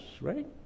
right